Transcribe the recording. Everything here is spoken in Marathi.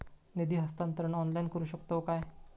निधी हस्तांतरण ऑनलाइन करू शकतव काय?